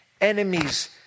enemies